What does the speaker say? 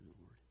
Lord